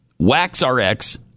WaxRx